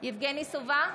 יבגני סובה,